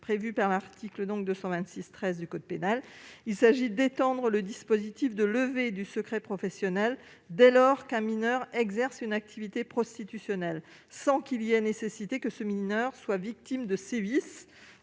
prévu à l'article 226-13 du code pénal. Il s'agit d'étendre le dispositif de levée du secret professionnel dès lors qu'un mineur exerce une activité prostitutionnelle, sans qu'il soit nécessaire d'établir que ce mineur soit victime de sévices